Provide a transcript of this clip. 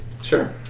sure